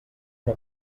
una